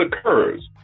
occurs